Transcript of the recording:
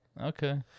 Okay